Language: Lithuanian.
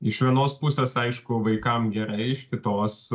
iš vienos pusės aišku vaikam gerai iš kitos